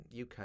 uk